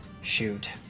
shoot